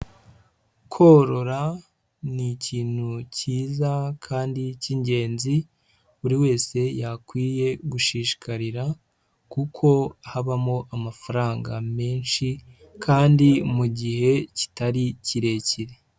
Korora ni ikintu cyiza kandi cy'ingenzi, buri wese yakwiye gushishikarira kuko habamo amafaranga menshi kandi mu gihe kitari kirekire.